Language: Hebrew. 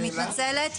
אני מתנצלת.